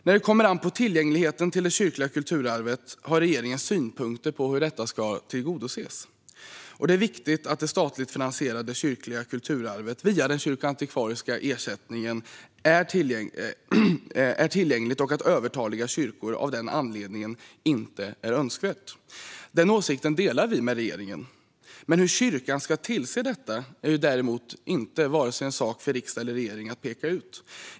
När det kommer an på tillgängligheten till det kyrkliga kulturarvet har regeringen synpunkter på hur detta ska tillgodoses. Det är viktigt att det statligt finansierade kyrkliga kulturarvet via den kyrkoantikvariska ersättningen är tillgängligt och att övertaliga kyrkor av den anledningen inte är önskvärt. Den åsikten delar vi med regeringen. Hur kyrkan ska tillse detta är däremot inte en sak för vare sig riksdag eller regering att peka ut.